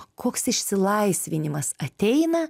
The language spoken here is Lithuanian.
koks išsilaisvinimas ateina